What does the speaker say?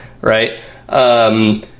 right